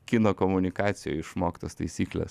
kino komunikacijoj išmoktas taisykles